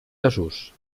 desús